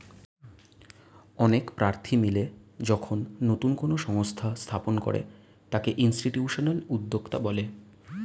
অনেক প্রার্থী মিলে যখন কোনো নতুন সংস্থা স্থাপন করে তাকে ইনস্টিটিউশনাল উদ্যোক্তা বলে